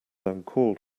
uncalled